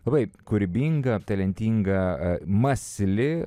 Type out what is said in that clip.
labai kūrybinga talentinga mąsli